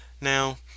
Now